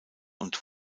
und